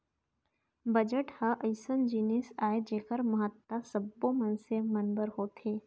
budget ह अइसन जिनिस आय जेखर महत्ता सब्बो मनसे बर होथे